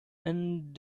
and